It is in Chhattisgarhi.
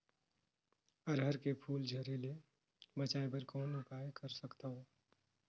अरहर के फूल झरे ले बचाय बर कौन उपाय कर सकथव?